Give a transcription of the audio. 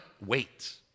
wait